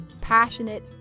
passionate